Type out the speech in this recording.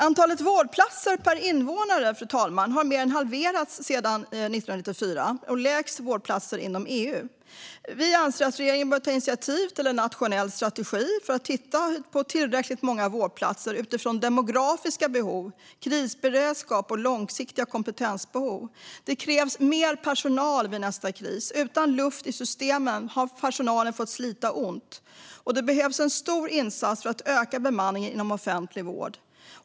Antalet vårdplatser per invånare har mer än halverats sedan 1994. Det är lägst inom EU. Vi anser att regeringen bör ta initiativ till en nationell strategi för att titta på tillräckligt många vårdplatser utifrån demografiska behov, krisberedskap och långsiktiga kompetensbehov. Det krävs mer personal vid nästa kris. Utan luft i systemen har personalen fått slita ont, och det behövs en stor insats för att öka bemanningen inom offentlig vård.